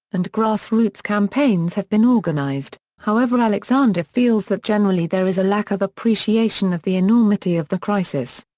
and grassroots campaigns have been organized, however alexander feels that generally there is a lack of appreciation of the enormity of the crisis.